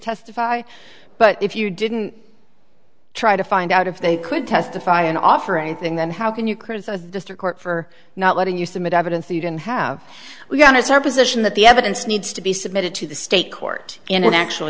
testify but if you didn't try to find out if they could testify and offer anything then how can you criticize the court for not letting you submit evidence you don't have we got as our position that the evidence needs to be submitted to the state court in an actual